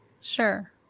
Sure